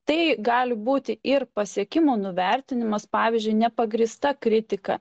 tai gali būti ir pasiekimų nuvertinimas pavyzdžiui nepagrįsta kritika